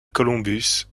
columbus